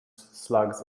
slugs